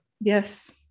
Yes